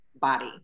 body